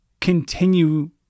continue